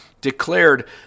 declared